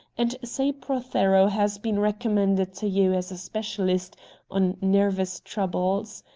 and say prothero has been recommended to you as a specialist on nervous troubles.